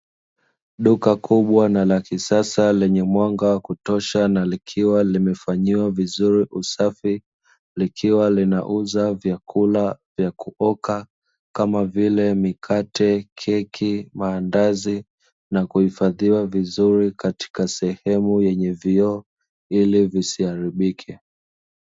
Duka kubwa na la kisasa lenye mwanga wa kutosha, na likiwa limefanyiwa vizuri usafi. Likiwa linauza vyakula vya kuoka kama vile: mikate, keki, maandazi; na kuhifadhiwa vizuri katika sehemu yenye vioo ili visiharibike.